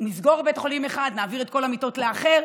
נסגור בית חולים אחד ונעביר את כל המיטות לאחר.